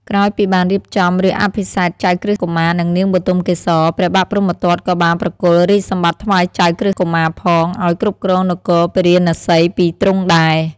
ក្រោយពីបានរៀបចំរាជអភិសេកចៅក្រឹស្នកុមារ និងនាងបុទមកេសរ ព្រះបាទព្រហ្មទត្តក៏បានប្រគល់រាជសម្បត្តិថ្វាយចៅក្រឹស្នកុមារផង ឱ្យគ្រប់គ្រងនគរពារាណសីពីទ្រង់ដែរ។